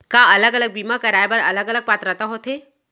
का अलग अलग बीमा कराय बर अलग अलग पात्रता होथे?